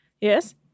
Yes